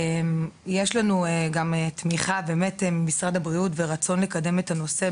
גם יש לנו תמיכה ממשרד הבריאות ורצון לקדם את הנושא,